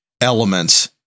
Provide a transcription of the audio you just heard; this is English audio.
elements